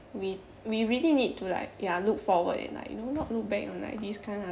we we really need to like ya look forward in like you know not look back on like this kind of